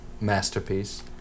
Masterpiece